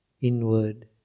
inward